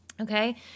Okay